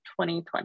2020